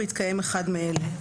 בהתקיים אחד מאלה: